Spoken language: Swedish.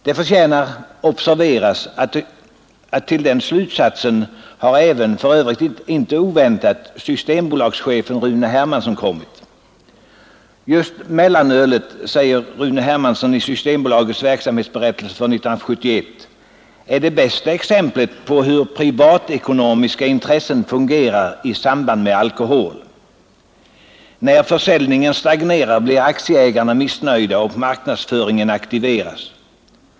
Det förtjänar observeras att till den slutsatsen har även, för övrigt inte oväntat, systembolagschefen Rune Hermansson kommit. Just mellanölet, säger Rune Hermansson i Systembolagets verksamhetsberättelse för 1971, är det bästa exemplet på hur privatekonomiska intressen fungerar i samband med alkohol; när försäljningen stagnerar blir aktieägarna missnöjda och marknadsföringen aktiveras.